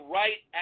right